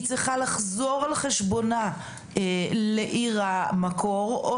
היא צריכה לחזור על חשבונה לעיר המקור,